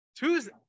Tuesday